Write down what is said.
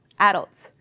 adults